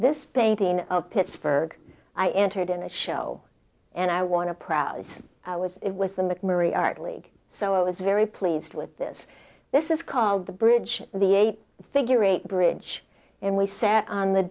this painting of pittsburgh i entered in a show and i want to prowse was it was the mcmurry art league so it was very pleased with this this is called the bridge the eight figure eight bridge and we sat on the